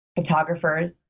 photographers